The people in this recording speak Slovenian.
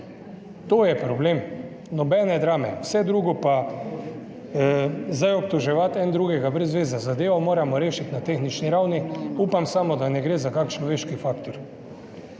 To je problem. Nobene drame. Vse drugo, zdaj obtoževati eden drugega pa je brez zveze. Zadevo moramo rešiti na tehnični ravni, upam samo, da ne gre za kak človeški faktor.